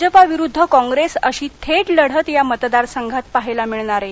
भाजप विरुद्द कॉप्रेस अशी थेट लढत या मतदार संघात पहायला मिळणार आहे